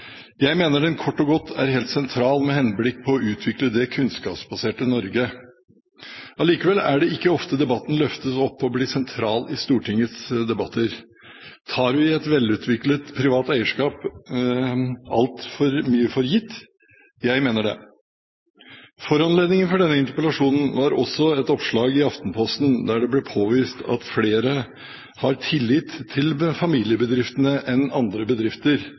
Jeg mener den kort og godt er helt sentral med henblikk på å utvikle det kunnskapsbaserte Norge. Allikevel er det ikke ofte debatten løftes opp og blir sentral i Stortingets debatter. Tar vi et velutviklet privat eierskap altfor mye for gitt? Jeg mener det. Foranledningen til denne interpellasjonen var også et oppslag i Aftenposten, der det ble påvist at flere har tillit til familiebedriftene enn til andre bedrifter.